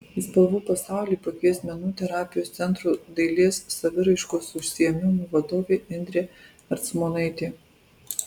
į spalvų pasaulį pakvies menų terapijos centro dailės saviraiškos užsiėmimų vadovė indrė ercmonaitė